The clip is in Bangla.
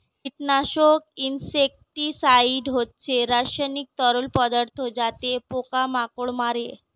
কীটনাশক ইনসেক্টিসাইড হচ্ছে রাসায়নিক তরল পদার্থ যাতে পোকা মাকড় মারে